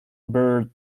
bird